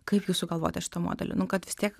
kaip jūs sugalvojote šitą modelį nu kad vis tiek